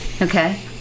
Okay